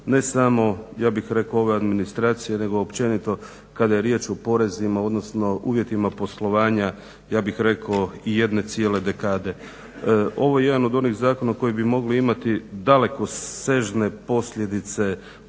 ne samo ja bih rekao ove administracije nego općenito kada je riječ o porezima, odnosno uvjetima poslovanja ja bih rekao i jedne cijele dekade. Ovo je jedan od onih zakona koji bi mogli imati dalekosežne posljedice na neki